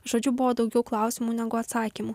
žodžiu buvo daugiau klausimų negu atsakymų